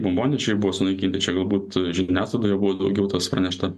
bombonešiai buvo sunaikinti čia galbūt žiniasklaidoje buvo daugiau tas pranešta